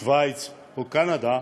שווייץ או קנדה,